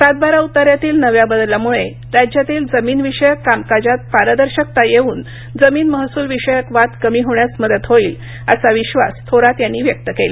सातबारा उताऱ्यातील नव्या बदलामुळे राज्यातील जमीनविषयक कामकाजात पारदर्शकता येऊन जमीन महसूलविषयक वाद कमी होण्यास मदत होईल असा विश्वास थोरात यांनी व्यक्त केला